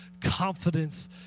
confidence